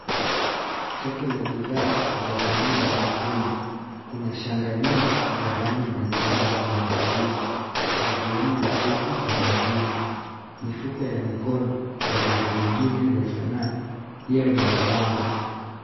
Soko la bidhaa za sanaa na ufundi. Kuna shanga nyingi za rangi mbali mbali zimetundikwa zikiwemo mikufu na bangili. Mifuko ya mikono na vitu vingine vya sanaa pia vimepangwa.